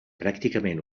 pràcticament